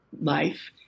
life